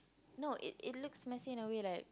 no it it looks messy in a way like